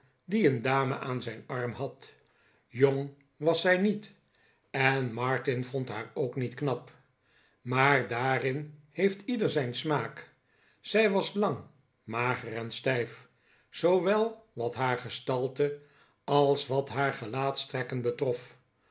die een dame aan zijn arm had jong was zij niet en martin vond haar ook niet knap maar daarin heeft ieder zijn smaak zij was lang mager en stijf zoowel wat haar gestalte als wat haar gelaatstrekken betrof